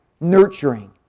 nurturing